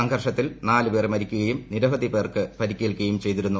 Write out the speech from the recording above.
സംഘര്ഷത്തിൽ നാലുപേർ മരിക്കുകയും നിരവധിപേർക്ക് പരിക്കേൽക്കുകയും ചെയ്തിരുന്നു